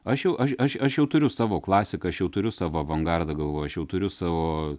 aš jau aš aš aš jau turiu savo klasiką aš jau turiu savo avangardą galvoju aš jau turiu savo